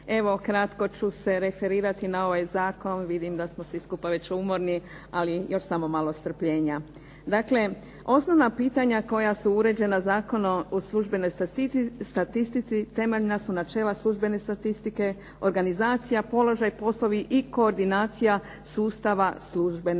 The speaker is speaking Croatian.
Evo kratko ću se referirati na ovaj zakon, vidim da smo svi skupa već umorni, ali još samo malo strpljenja. Dakle, osnovna pitanja koja su uređena Zakonom o službenoj statistici temeljna su načela službene statistike, organizacija, položaj, poslovi i koordinacija sustava službene statistike.